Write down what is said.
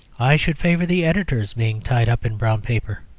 i should favour the editors being tied up in brown paper.